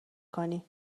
کنی